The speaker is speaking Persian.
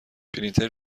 پرینتر